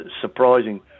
surprising